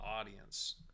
audience